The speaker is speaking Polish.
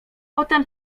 potem